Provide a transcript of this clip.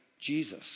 Jesus